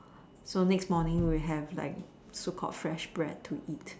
so next morning we have so called fresh bread to eat